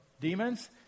demons